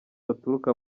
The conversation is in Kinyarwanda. baturuka